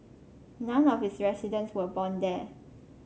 none of its residents were born there